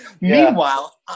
Meanwhile